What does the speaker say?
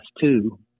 two